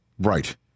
Right